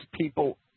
people